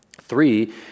Three